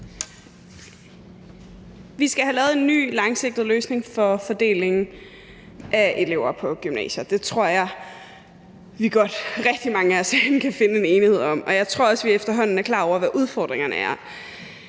Vi skal have lavet en ny langsigtet løsning for fordelingen af elever på gymnasier. Det tror jeg godt rigtig mange af os herinde kan finde en enighed om, og jeg tror også, at vi efterhånden er klar over, hvad udfordringerne er.